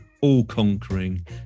all-conquering